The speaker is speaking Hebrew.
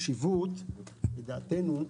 יש חשיבות, לדעתנו,